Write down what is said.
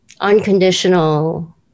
unconditional